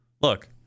Look